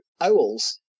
owls